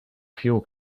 fuel